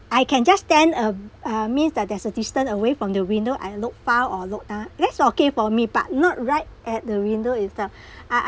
I can just stand uh uh means that there's a distant away from the window I look far or look down that's okay for me but not right at the window itself I I